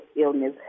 illness